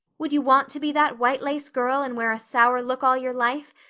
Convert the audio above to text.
would you want to be that white-lace girl and wear a sour look all your life,